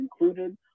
included